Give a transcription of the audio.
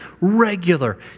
regular